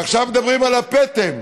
עכשיו מדברים על הפטם,